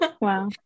Wow